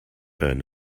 earn